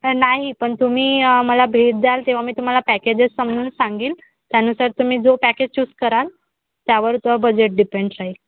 नाही पण तुम्ही मला भेट द्याल तेव्हा मी तुम्हाला पॅकेजेस समजून सांगेल त्यानुसार तुम्ही जो पॅकेज चूज कराल त्यावर तो बजेट डिपेंड राहील